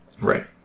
Right